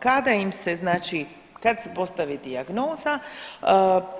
Kada im se, znači kad se postavi dijagnoza